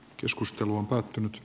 keskustelu on päättynyt